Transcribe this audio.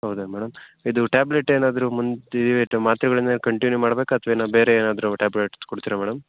ಹೌದಾ ಮೇಡಮ್ ಇದು ಟ್ಯಾಬ್ಲೆಟ್ ಏನಾದರೂ ಮುಂಚೇದು ಮಾತ್ರೆಗಳನ್ನು ಕಂಟಿನ್ಯೂ ಮಾಡಬೇಕಾ ಅಥವಾ ಇಲ್ಲ ಬೇರೆ ಏನಾದರೂ ಟ್ಯಾಬ್ಲೆಟ್ಸ್ ಕೊಡ್ತೀರಾ ಮೇಡಮ್